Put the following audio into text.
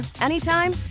anytime